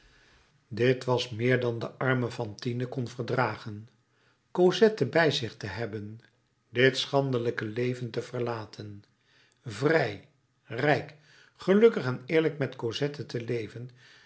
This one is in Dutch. dit was meer dan de arme fantine kon verdragen cosette bij zich te hebben dit schandelijke leven te verlaten vrij rijk gelukkig en eerlijk met cosette te leven